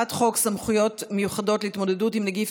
הצעת חוק סמכויות מיוחדות להתמודדות עם נגיף